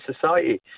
society